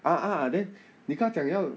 ah ah then 你跟他讲要